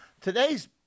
today's